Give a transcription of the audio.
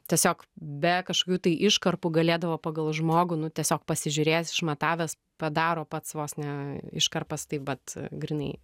tiesiog be kažkokių tai iškarpų galėdavo pagal žmogų nu tiesiog pasižiūrėt išmatavęs padaro pats vos ne iškarpas taip vat grynai